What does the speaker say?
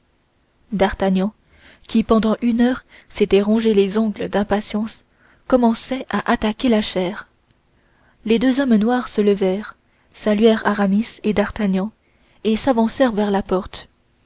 d'artagnan qui pendant une heure s'était rongé les ongles d'impatience commençait à attaquer la chair les deux hommes noirs se levèrent saluèrent aramis et d'artagnan et s'avancèrent vers la porte